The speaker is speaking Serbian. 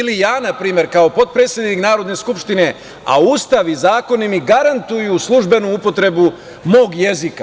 Ili, ja na primer, kao potpredsednik Narodne skupštine, a Ustav i zakon mi garantuju službenu upotrebu mog jezika.